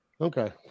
Okay